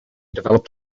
developed